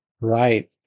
right